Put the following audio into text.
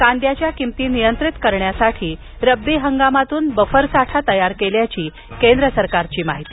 कांद्याच्या किमती नियंत्रित करण्यासाठी रब्बी हंगामातून बफर साठा तयार केल्याची केंद्र सरकारची माहिती